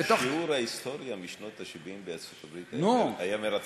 שיעור ההיסטוריה משנות ה-70 בארצות-הברית היה מרתק.